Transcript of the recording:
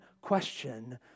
question